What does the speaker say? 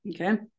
Okay